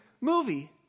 movie